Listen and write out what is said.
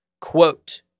Quote